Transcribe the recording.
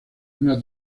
una